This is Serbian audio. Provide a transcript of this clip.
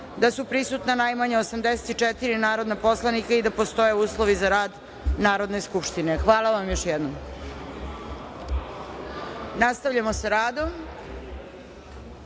da su prisutna najmanje 84 narodna poslanika i da postoje uslovi za rad Narodne skupštine. Hvala vam još jednom. Nastavljamo sa radom. Kolega